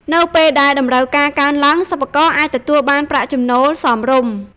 នៅពេលដែលតម្រូវការកើនឡើង សិប្បករអាចទទួលបាន ប្រាក់ចំណូលសមរម្យ។